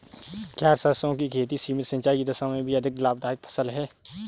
क्या सरसों की खेती सीमित सिंचाई की दशा में भी अधिक लाभदायक फसल है?